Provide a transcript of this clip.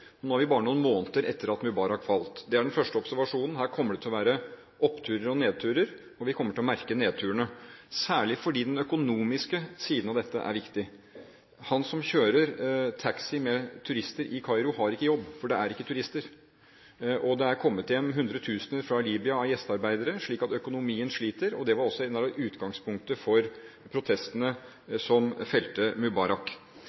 at Mubarak falt. Det er den første observasjonen, og her kommer det til å være oppturer og nedturer. Vi kommer til å merke nedturene, særlig fordi den økonomiske siden ved dette er viktig. Han som kjører taxi med turister i Kairo, har ikke jobb, for det er ikke turister. Det er kommet hjem hundretusener gjestearbeidere fra Libya, slik at økonomien sliter. Det var også utgangspunktet for protestene som felte Mubarak. Jeg tror at Egypt her står overfor en